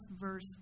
verse